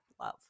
love